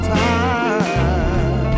time